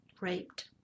raped